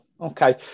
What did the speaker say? Okay